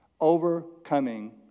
overcoming